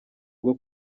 rwo